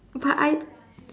but I